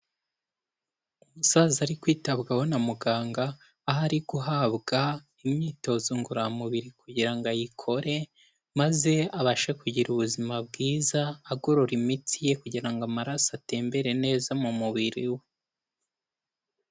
Umusaza ari kwitabwaho na muganga, aho ari guhabwa imyitozo ngororamubiri kugira ngo ayikore, maze abashe kugira ubuzima bwiza, agorora imitsi ye kugira ngo amaraso atembere neza mu mubiri we.